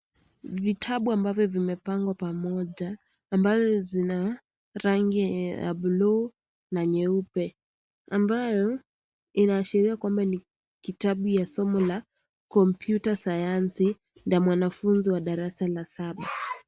Vitabu ambavyo vimepangwa pamoja ambazo zina rangi ya buluu na nyeupe ambayo inaashiria kwamba ni kitabu ya somo la kompyuta sayansi na mwanafunzi wa darasa ya saba.